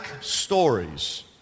stories